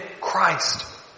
Christ